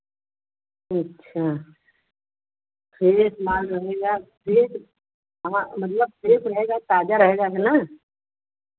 अच्छा फ्रेस माल रहेगा फ्रेस मतलब फ्रेस रहेगा ताज़ा रहेगा है ना